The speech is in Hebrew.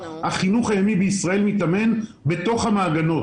החינוך הימי בישראל מתאמן בתוך המעגנות.